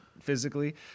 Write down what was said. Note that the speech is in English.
physically